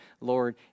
lord